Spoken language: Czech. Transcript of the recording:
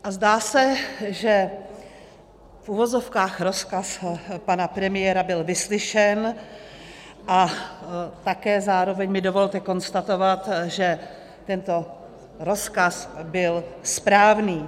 A zdá se, že v uvozovkách rozkaz pana premiéra byl vyslyšen, a také zároveň mi dovolte konstatovat, že tento rozkaz byl správný.